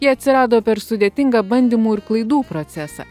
jie atsirado per sudėtingą bandymų ir klaidų procesą